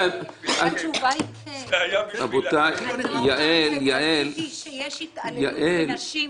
התשובה היא כן כי כשיש התעללות בנשים -- יעל.